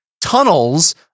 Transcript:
tunnels